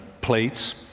plates